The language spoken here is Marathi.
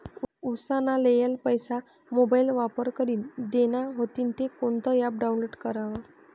उसना लेयेल पैसा मोबाईल वापर करीन देना व्हतीन ते कोणतं ॲप डाऊनलोड करवा?